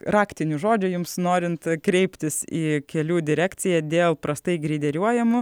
raktinių žodžių jums norint kreiptis į kelių direkciją dėl prastai greideriuojamų